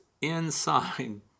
inside